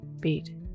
beat